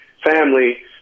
family